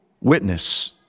witness